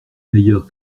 meilleure